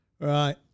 Right